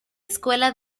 escuela